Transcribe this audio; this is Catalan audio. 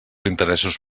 interessos